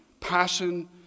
passion